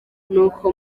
nuko